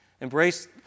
embrace